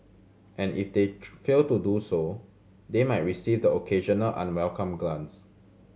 and if they fail to do so they might receive the occasional unwelcome glance